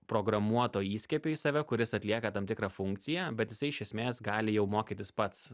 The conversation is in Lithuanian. programuoto įskiepio į save kuris atlieka tam tikrą funkciją bet jisai iš esmės gali jau mokytis pats